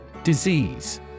Disease